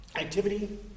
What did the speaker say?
activity